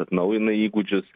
atnaujina įgūdžius